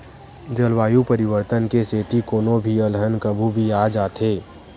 जलवायु परिवर्तन के सेती कोनो भी अलहन कभू भी आ जाथे